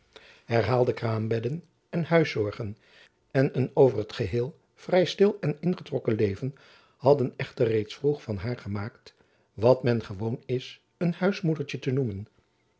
herhaalde kraambedden en huiszorgen en een over t geheel vrij stil en ingetrokken leven hadden echter reeds vroeg van haar gemaakt wat men gewoon is een huismoedertjen te noemen